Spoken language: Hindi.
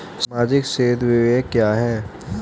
सामाजिक क्षेत्र व्यय क्या है?